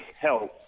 health